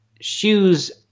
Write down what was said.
shoes